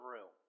Room